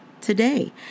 today